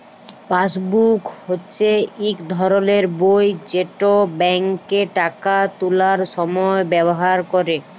passbook হচ্যে ইক ধরলের বই যেট ব্যাংকে টাকা তুলার সময় ব্যাভার ক্যরে